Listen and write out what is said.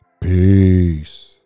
Peace